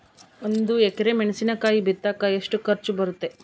ಒಂದು ಎಕರೆ ಮೆಣಸಿನಕಾಯಿ ಬಿತ್ತಾಕ ಎಷ್ಟು ಖರ್ಚು ಬರುತ್ತೆ?